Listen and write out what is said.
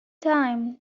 time